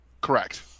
Correct